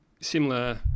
similar